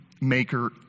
maker